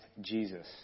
Jesus